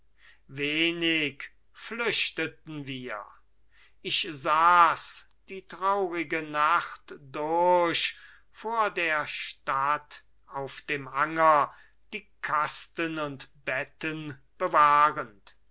wenig flüchteten wir ich saß die traurige nacht durch vor der stadt auf dem anger die kasten und betten bewahrend